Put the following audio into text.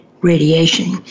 radiation